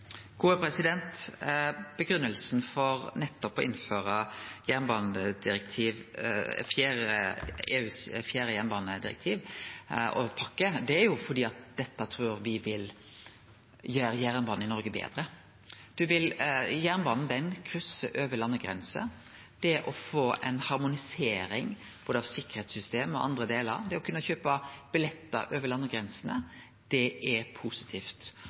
for å innføre EUs fjerde jernbanedirektiv og -pakke er at me trur det vil gjere jernbanen i Noreg betre. Jernbanen kryssar landegrenser. Det å få ei harmonisering av både sikkerheitssystem og andre delar, det å kunne kjøpe billettar over landegrensene, er positivt. Dette vil òg gjere at vi vil kunne senke kostnadene. Det er